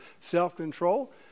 self-control